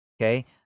okay